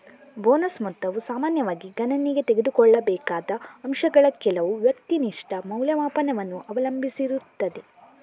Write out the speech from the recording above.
bonus ಮೊತ್ತವು ಸಾಮಾನ್ಯವಾಗಿ ಗಣನೆಗೆ ತೆಗೆದುಕೊಳ್ಳಬೇಕಾದ ಅಂಶಗಳ ಕೆಲವು ವ್ಯಕ್ತಿನಿಷ್ಠ ಮೌಲ್ಯಮಾಪನವನ್ನು ಅವಲಂಬಿಸಿರುತ್ತದೆ